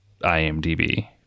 IMDb